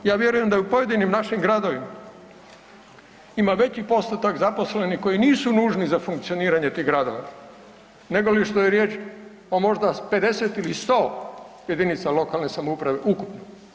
Ja vjerujem da i u pojedinim našim gradovima veći postotak zaposlenih koji nisu nužni za funkcioniranje tih gradova negoli što je riječ o možda 50 ili 100 jedinica lokalne samouprave ukupno.